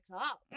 up